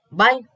bye